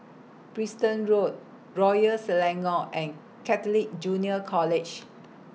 Preston Road Royal Selangor and Catholic Junior College